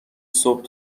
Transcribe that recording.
صبح